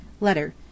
Letter